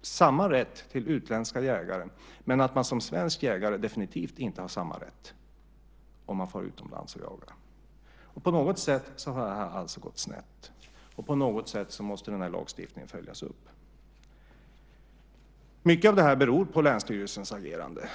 ges till utländska jägare när man som svensk jägare definitivt inte har samma rätt om man far utomlands och jagar. På något sätt har det alltså gått snett, och på något sätt måste lagstiftningen följas upp. Mycket av det här beror på länsstyrelsens agerande.